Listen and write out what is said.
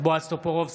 בועז טופורובסקי,